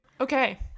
Okay